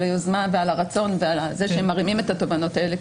היוזמה ועל הרצון ועל זה שמרימים את התובענות האלה,